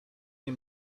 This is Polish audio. nie